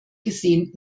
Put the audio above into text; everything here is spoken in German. gesehen